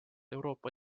euroopa